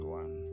one